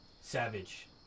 Savage